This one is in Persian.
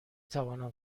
توانم